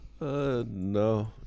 no